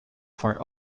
for